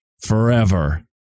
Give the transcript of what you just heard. forever